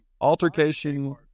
Altercation